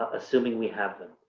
assuming we have them.